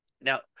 Now